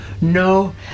No